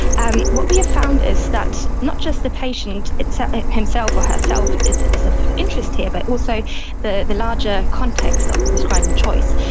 and what we have found is that not just the patient ah himself or herself is is of interest here, but also the the larger context of the prescribing choice.